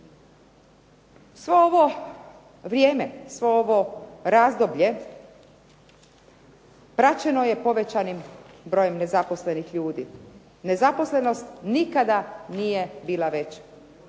Svo ovo vrijeme, svo ovo razdoblje praćeno je povećanim brojem nezaposlenih ljudi. Nezaposlenost nikada nije bila veća.